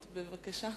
בבקשה,